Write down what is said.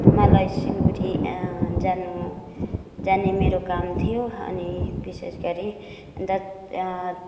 मलाई सिलगढी जानु जाने मेरो काम थियो अनि विशेष गरी अन्त